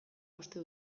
uste